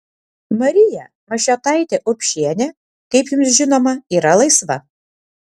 marija mašiotaitė urbšienė kaip jums žinoma yra laisva